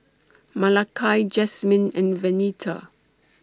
Malakai Jasmyne and Venita